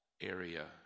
area